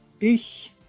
ich